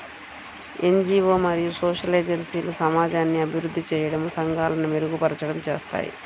NGO మరియు social ఏజెన్సీలు సమాజాన్ని అభివృద్ధి చేయడం, సంఘాలను మెరుగుపరచడం చేస్తాయి